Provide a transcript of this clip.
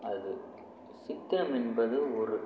அது சித்திரம் என்பது ஒரு